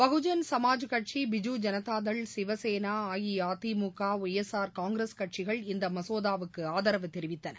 பகுஜன் சமாஜ் கட்சி Biju Janata Dal Shiv Sena AIADMK Y S R Congress கட்சிகள் இந்த மசோதாவுக்கு ஆதரவு தெரிவித்தன